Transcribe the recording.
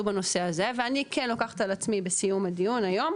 בנושא הזה ואני כן לוקחת על עצמי בסיום הדיון היום,